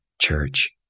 church